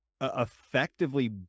effectively